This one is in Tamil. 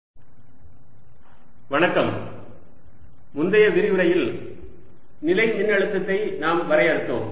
நிலை மின்னழுத்தத்திற்கான லேப்ளேஸ் மற்றும் பாய்சான் சமன்பாடுகள் முந்தைய விரிவுரையில் நிலை மின்னழுத்தத்தை நாம் வரையறுத்தோம்